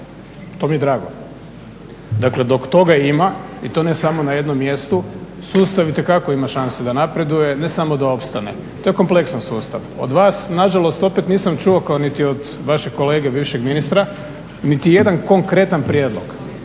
To mi je drago. Dakle, dok toga ima i ne samo na jednom mjestu sustav ima šanse itekako da napreduje ne samo opstanak. To je kompletan sustav. Od vas nažalost opet nisam čuo kao niti od vašeg kolege bivšeg ministra niti jedan konkretan prijedlog